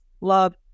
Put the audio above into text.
love